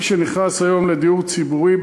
מי שנכנס היום לדיור ציבורי,